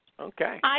Okay